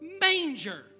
manger